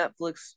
Netflix